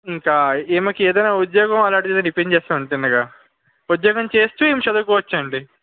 ఇంకా ఈమెకి ఏదైనా ఉద్యోగం అలాంటిది ఏమైనా ఇప్పించేస్తాము అండి తిన్నగా ఉద్యోగం చేస్తూ ఈమె చదుకోవచ్చు అండి